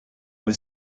was